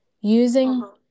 using